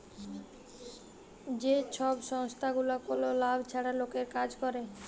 যে ছব সংস্থাগুলা কল লাভ ছাড়া লকের কাজ ক্যরে